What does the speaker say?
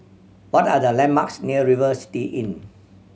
what are the landmarks near River City Inn